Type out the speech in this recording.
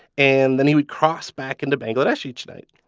and then he would cross back into bangladesh each night.